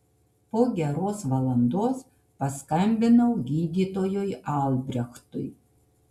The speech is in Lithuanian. po geros valandos paskambinau gydytojui albrechtui